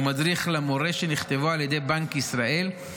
ומדריך למורה שנכתבו על ידי בנק ישראל,